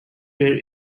were